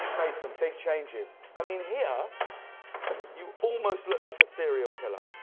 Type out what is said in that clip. made some big changes. i mean here you almost look like a serial killer.